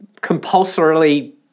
compulsorily